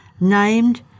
Named